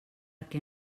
què